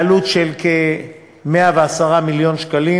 בעלות של כ-110 מיליון שקלים.